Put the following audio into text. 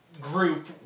group